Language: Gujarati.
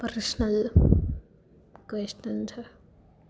પર્સનલ ક્વેશ્ચન છે